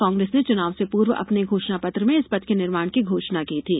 कांग्रेस ने चुनाव से पूर्व अपने घोषणा पत्र में इस पथ के निर्माण की घोषणा की थी